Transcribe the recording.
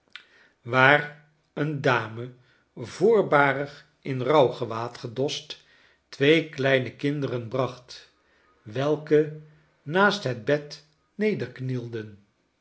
waar eene dame voorbarig in rouwgewaad gedost twee kleine kinderen bracht welke naast het bed